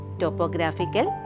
topographical